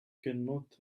cannot